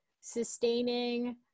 sustaining